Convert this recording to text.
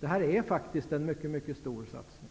Det här är faktiskt en mycket stor satsning,